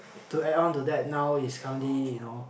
to add on to that now is currently you know